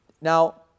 Now